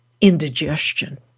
indigestion